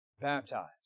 baptized